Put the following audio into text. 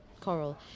coral